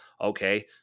Okay